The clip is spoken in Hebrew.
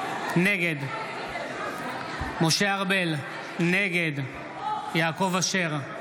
נגד משה ארבל, נגד יעקב אשר,